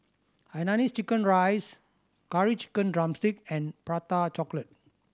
hainanese chicken rice Curry Chicken drumstick and Prata Chocolate